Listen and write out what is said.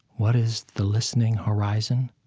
what is the listening horizon?